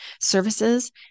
services